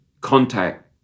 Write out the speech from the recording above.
contact